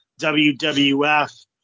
WWF